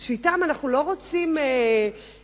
שאתם אנחנו לא רוצים להגיע,